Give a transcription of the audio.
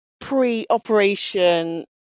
pre-operation